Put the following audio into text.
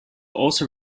also